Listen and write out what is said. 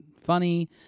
funny